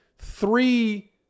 three